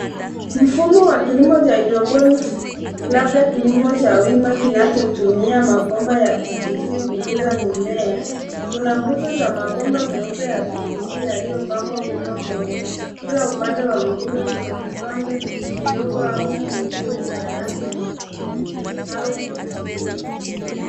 Mfumo wa kilimo cha hydroponics labda kilimo cha wima kinachotumia mabomba ya PVC kukuza mimea una nguzo za mabomba meupe ya PVC yaliyopangwa wima kwenye kila upande wa nguzo kuna vikombe vidogo au vifungio vya rangi nyeusi au kijivu.